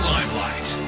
Limelight